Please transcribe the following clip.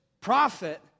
prophet